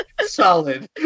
Solid